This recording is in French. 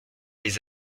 les